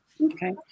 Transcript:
Okay